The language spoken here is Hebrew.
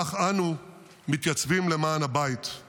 כך אנו מתייצבים למען הבית";